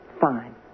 fine